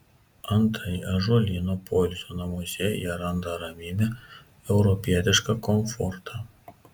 antai ąžuolyno poilsio namuose jie randa ramybę europietišką komfortą